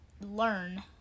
learn